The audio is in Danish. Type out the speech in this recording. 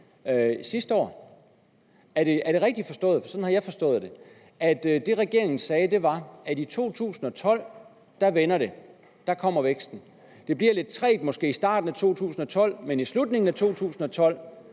udvikling. Er det rigtigt forstået – for sådan har jeg forstået det – at det, regeringen sagde, var: I 2012 vender det, og der kommer væksten; det bliver måske lidt trægt i starten af 2012, men i slutningen af 2012